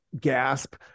gasp